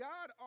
God